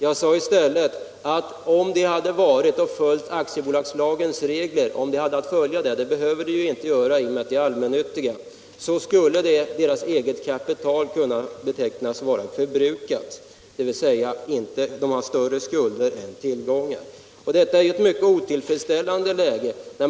Jag sade i stället att om företagen hade att följa aktiebolagslagens regler — det behöver de ju inte göra i och med att de är allmännyttiga — skulle deras eget kapital kunna betecknas som förbrukat, dvs. de har större skulder än tillgångar. Detta är ju ett otillfredsställande läge.